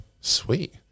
sweet